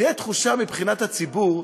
תהיה תחושה, מבחינת הציבור,